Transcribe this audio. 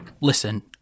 Listen